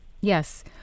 Yes